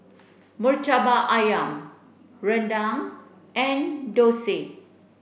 Murtabak Ayam Rendang and